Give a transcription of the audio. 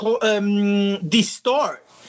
Distort